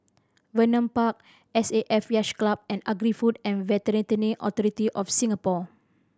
Vernon Park S A F Yacht Club and Agri Food and Veterinary Authority of Singapore